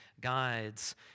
guides